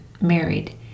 married